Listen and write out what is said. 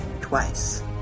twice